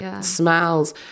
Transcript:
smells